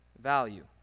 value